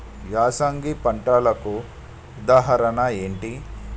యాసంగి పంటలకు ఉదాహరణ ఏంటి?